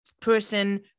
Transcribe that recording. person